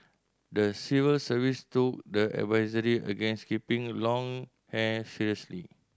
the civil service took the advisory against keeping long hair seriously